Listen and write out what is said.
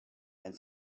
and